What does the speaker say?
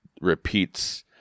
repeats